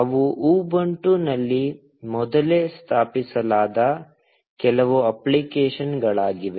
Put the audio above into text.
ಅವು ಉಬುಂಟುನಲ್ಲಿ ಮೊದಲೇ ಸ್ಥಾಪಿಸಲಾದ ಕೆಲವು ಅಪ್ಲಿಕೇಶನ್ಗಳಾಗಿವೆ